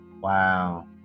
Wow